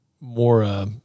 more